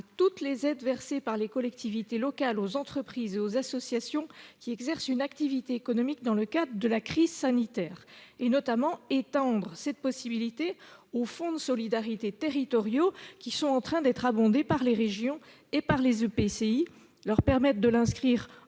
toutes les aides versées par les collectivités locales aux entreprises et aux associations qui exercent une activité économique dans le cadre de la crise sanitaire. Il importe notamment d'étendre cette possibilité aux fonds de solidarité territoriaux, qui sont en train d'être alimentés par les régions et par les EPCI. Cela leur permettrait alors de les